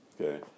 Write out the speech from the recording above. okay